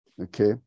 okay